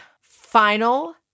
final